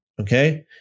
okay